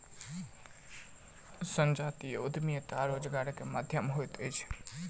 संजातीय उद्यमिता स्वरोजगारक माध्यम होइत अछि